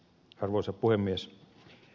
arvoisa puhemies